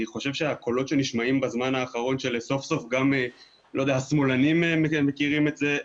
חושב שהקולות שנשמעים בזמן האחרון ש'סוף סוף גם השמאלנים מכירים את זה',